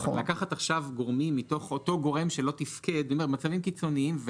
אז לקחת עכשיו גורמים מתוך אותו גורם שלא תפקד במצבים קיצוניים,